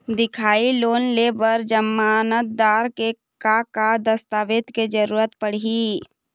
दिखाही लोन ले बर जमानतदार के का का दस्तावेज के जरूरत पड़ही?